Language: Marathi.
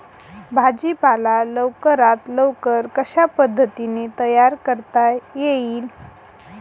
भाजी पाला लवकरात लवकर कशा पद्धतीने तयार करता येईल?